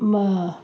मह